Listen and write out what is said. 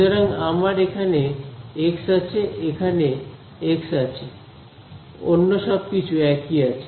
সুতরাং আমার এখানে এক্স আছে এখানে এক্স আছে অন্য সবকিছু একই আছে